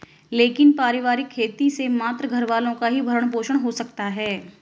लेकिन पारिवारिक खेती से मात्र घरवालों का ही भरण पोषण हो सकता है